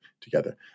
together